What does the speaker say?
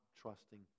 trusting